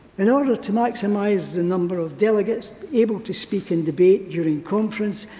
in order to maximise the number of delegates able to speak in debate during conference,